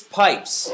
pipes